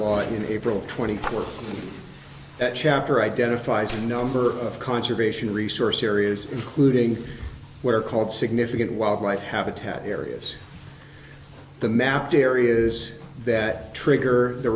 law in april twenty fourth that chapter identifies a number of conservation resource areas including where called significant wildlife habitat areas the mapped areas that trigger the